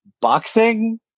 boxing